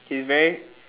he's very